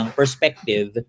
perspective